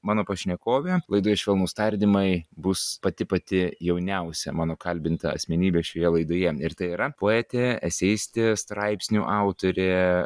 mano pašnekovė laidoje švelnūs tardymai bus pati pati jauniausia mano kalbinta asmenybė šioje laidoje ir tai yra poetė eseistė straipsnių autorė